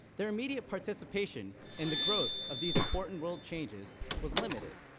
their immediate participation in the growth of these important world changes was limited.